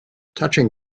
touching